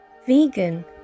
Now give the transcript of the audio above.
Vegan